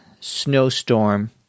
snowstorm